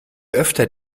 öfter